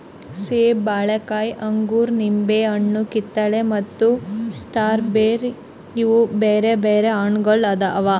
ಸೇಬ, ಬಾಳೆಕಾಯಿ, ಅಂಗೂರ, ನಿಂಬೆ ಹಣ್ಣು, ಕಿತ್ತಳೆ ಮತ್ತ ಸ್ಟ್ರಾಬೇರಿ ಇವು ಬ್ಯಾರೆ ಬ್ಯಾರೆ ಹಣ್ಣುಗೊಳ್ ಅವಾ